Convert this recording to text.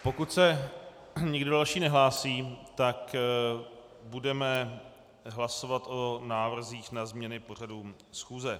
Pokud se nikdo další nehlásí, budeme hlasovat o návrzích na změny pořadu schůze.